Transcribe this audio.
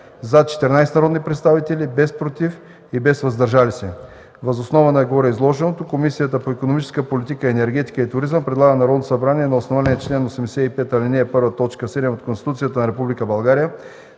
– 14 народни представители, без „против” и „въздържали се”. Въз основа на гореизложеното Комисията по икономическата политика, енергетика и туризъм предлага на Народното събрание на основание чл. 85, ал. 1, т. 7 от Конституцията на